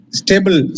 stable